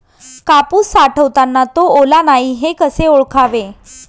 कापूस साठवताना तो ओला नाही हे कसे ओळखावे?